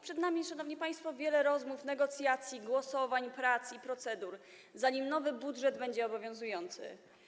Przed nami, szanowni państwo, wiele rozmów, negocjacji, głosowań, prac i procedur, zanim nowy budżet będzie obowiązujący.